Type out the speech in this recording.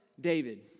David